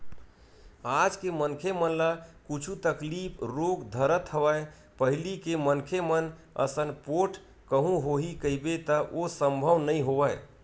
आज के मनखे मन ल कुछु तकलीफ रोग धरत हवय पहिली के मनखे मन असन पोठ कहूँ होही कहिबे त ओ संभव नई होवय